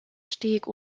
steg